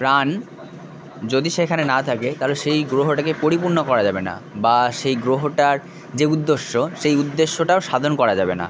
প্রাণ যদি সেখানে না থাকে তাহলে সেই গ্রহটাকে পরিপূর্ণ করা যাবে না বা সেই গ্রহটার যে উদ্দেশ্য সেই উদ্দেশ্যটাও সাধন করা যাবে না